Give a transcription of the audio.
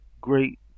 great